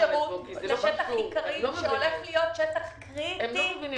שטח עיקרי שהולך להיות שטח קריטי.